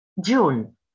June